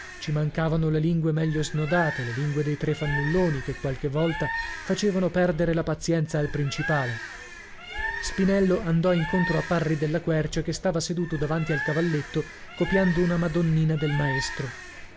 ci mancavano le lingue meglio snodate le lingue dei tre fannulloni che qualche volta facevano perdere la pazienza al principale spinello andò incontro a parri della quercia che stava seduto davanti al cavalletto copiando una madonnina del maestro